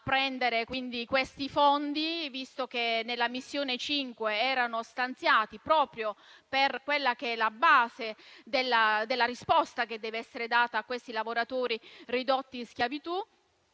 prendere quei fondi, visto che nella Missione 5 erano stanziati proprio per quella che è la base della risposta che deve essere data ai lavoratori ridotti in schiavitù.